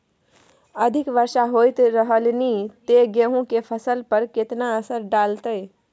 अधिक वर्षा होयत रहलनि ते गेहूँ के फसल पर केतना असर डालतै?